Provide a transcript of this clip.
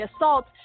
assault